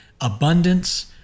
abundance